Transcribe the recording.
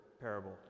parable